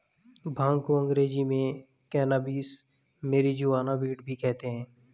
भांग को अंग्रेज़ी में कैनाबीस, मैरिजुआना, वीड भी कहते हैं